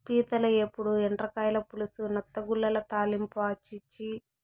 పీతల ఏపుడు, ఎండ్రకాయల పులుసు, నత్తగుల్లల తాలింపా ఛీ ఛీ